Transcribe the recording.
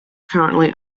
currently